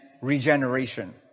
regeneration